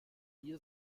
hier